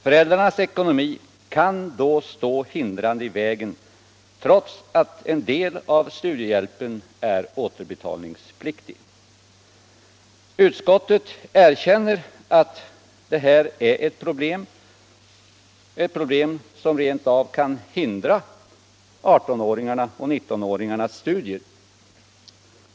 Föräldrarnas ekonomi kan då stå hindrande i vägen, trots att en del av studiehjälpen är återbetalningspliktig. Utskottet erkänner att detta är ett problem, som rent av kan hindra 18 och 19-åringarnas studier.